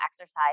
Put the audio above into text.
exercise